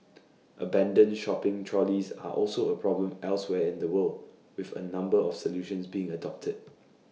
abandoned shopping trolleys are also A problem elsewhere in the world with A number of solutions being adopted